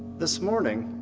this morning,